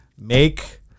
make